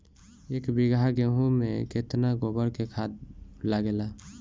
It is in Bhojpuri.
एक बीगहा गेहूं में केतना गोबर के खाद लागेला?